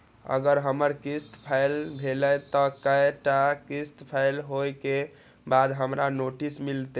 अगर हमर किस्त फैल भेलय त कै टा किस्त फैल होय के बाद हमरा नोटिस मिलते?